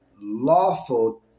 lawful